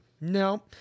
No